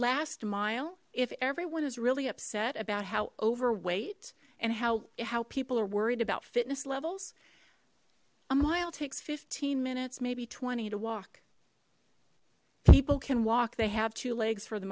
last mile if everyone is really upset about how overweight and how how people are worried about fitness levels i'm lyle takes fifteen minutes maybe twenty to walk people can walk they have two legs for the